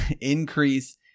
increase